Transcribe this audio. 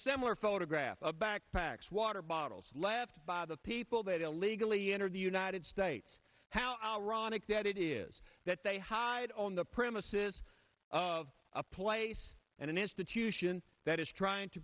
similar photograph of backpacks water bottles left by the people that illegally enter the united states how ironic that it is that they hide on the premises of a place and an institution that is trying to